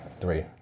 Three